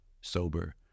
sober